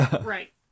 Right